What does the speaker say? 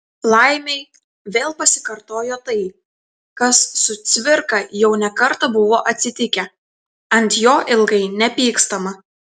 laimei vėl pasikartojo tai kas su cvirka jau ne kartą buvo atsitikę ant jo ilgai nepykstama